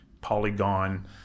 Polygon